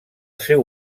seu